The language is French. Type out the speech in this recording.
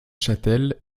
chatel